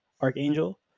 Archangel